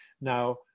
now